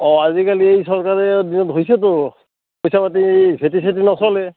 অঁ আজিকালি এই চৰকাৰে দিনত হৈছেতো পইচা পাতি ভেটি চেটি নচলে